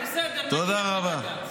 תודה רבה.